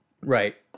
Right